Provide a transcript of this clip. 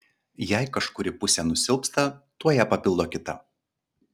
jei kažkuri pusė nusilpsta tuoj ją papildo kita